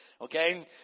Okay